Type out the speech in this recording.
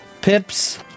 Pips